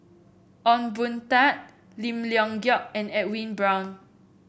Ong Boon Tat Lim Leong Geok and Edwin Brown